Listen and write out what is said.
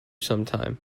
sometime